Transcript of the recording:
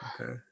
okay